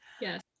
yes